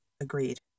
Agreed